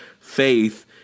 faith